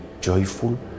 joyful